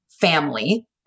family